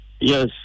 Yes